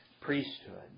priesthood